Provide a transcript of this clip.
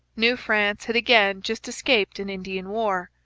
new france had again just escaped an indian war.